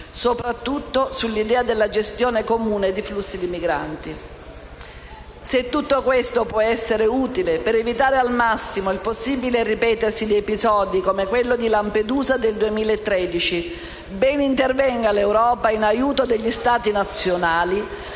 soprattutto sull'idea della gestione comune di flussi di migranti. Se tutto questo può essere utile per evitare al massimo il possibile ripetersi di episodi come quello di Lampedusa del 2013, ben intervenga l'Europa in aiuto degli Stati nazionali